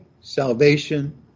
salvation